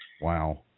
wow